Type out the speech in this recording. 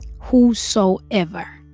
Whosoever